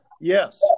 Yes